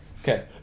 Okay